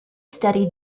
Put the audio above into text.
studied